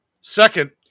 Second